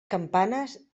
campanes